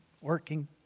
working